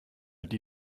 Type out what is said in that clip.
die